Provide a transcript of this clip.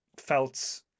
felt